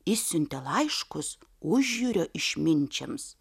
išsiuntė laiškus užjūrio išminčiams